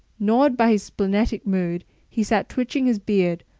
gnawed by his splenetic mood, he sat twitching his beard,